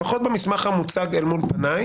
שוב: לפחות במסמך המוצג אל מול פניי,